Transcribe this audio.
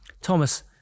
Thomas